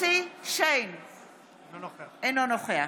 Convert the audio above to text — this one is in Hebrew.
אינו נוכח